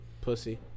Pussy